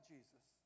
Jesus